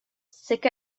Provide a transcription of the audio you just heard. sick